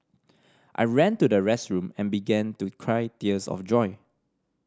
I ran to the restroom and began to cry tears of joy